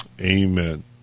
amen